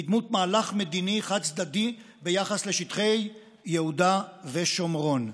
בדמות מהלך מדיני חד-צדדי ביחס לשטחי יהודה ושומרון.